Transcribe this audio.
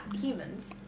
humans